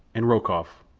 and rokoff,